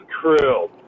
crew